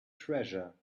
treasure